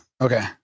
Okay